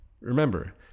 Remember